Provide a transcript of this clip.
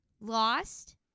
lost